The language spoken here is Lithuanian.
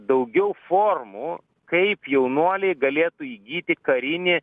daugiau formų kaip jaunuoliai galėtų įgyti karinį